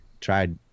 Tried